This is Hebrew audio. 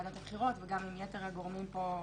הבחירות וגם עם יתר הגורמים פה,